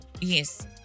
Yes